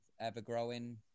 ever-growing